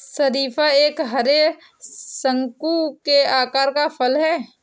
शरीफा एक हरे, शंकु के आकार का फल है